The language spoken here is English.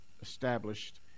established